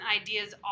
ideas